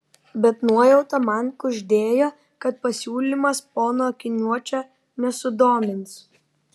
bet nuojauta man kuždėjo kad pasiūlymas pono akiniuočio nesudomins